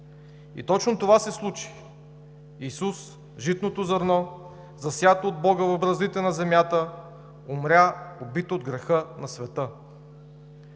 И точно това се случи: Исус – житното зърно, засято от Бога в браздите на земята, умря убит от греха на света.